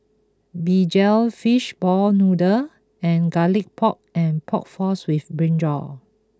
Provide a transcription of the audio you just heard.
Begedil Fish Ball Noodles and Garlic Pork and Pork Floss with Brinjal